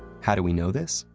how do we know this?